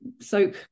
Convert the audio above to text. soak